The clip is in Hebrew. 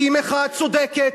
כי היא מחאה צודקת.